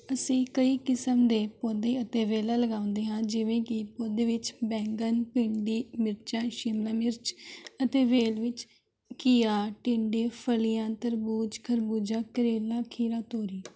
ਅਸੀਂ ਕਈ ਕਿਸਮ ਦੇ ਪੌਦੇ ਅਤੇ ਵੇਲਾਂ ਲਗਾਉਂਦੇ ਹਾਂ ਜਿਵੇਂ ਕਿ ਪੌਦੇ ਵਿੱਚ ਬੈਂਗਣ ਭਿੰਡੀ ਮਿਰਚਾਂ ਸ਼ਿਮਲਾ ਮਿਰਚ ਅਤੇ ਵੇਲ ਵਿੱਚ ਘੀਆ ਟੀਂਡੇ ਫਲੀਆਂ ਤਰਬੂਜ਼ ਖਰਬੂਜਾ ਕਰੇਲਾ ਖੀਰਾ ਤੋਰੀ